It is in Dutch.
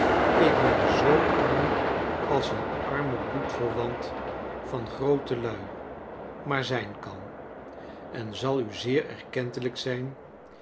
ik ben zoo arm als een arme bloedverwant van groote lui maar zijn kan en zal u zeer erkentelijk zijn